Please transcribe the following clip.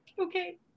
okay